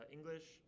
English